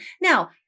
Now